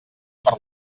per